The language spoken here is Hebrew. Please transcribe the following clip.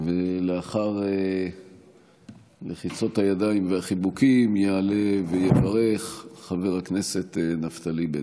לאחר לחיצות הידיים והחיבוקים יעלה ויברך חבר הכנסת נפתלי בנט.